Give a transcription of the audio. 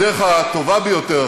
הדרך הטובה ביותר,